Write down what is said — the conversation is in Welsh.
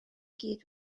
gyd